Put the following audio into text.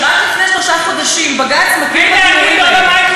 ורק לפני שלושה חודשים בג"ץ התיר את הגיורים האלה,